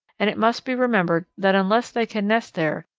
and it must be remembered that unless they can nest there,